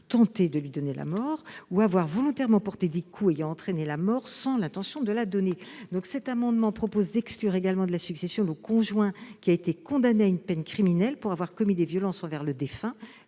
tenter de lui donner la mort, ou avoir volontairement porté des coups ayant entraîné la mort sans l'intention de la donner. Cet amendement vise à exclure également de la succession le conjoint qui a été condamné à une peine criminelle pour avoir commis des violences envers le défunt,